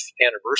anniversary